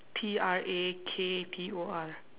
T R A K T O R